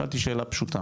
שאלתי שאלה פשוטה,